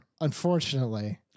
Unfortunately